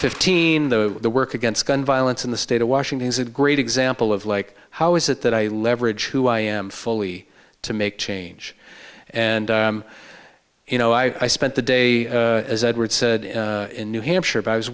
fifteen the work against gun violence in the state of washington is a great example of like how is it that i leverage who i am fully to make change and you know i spent the day as edward said in new hampshire but i was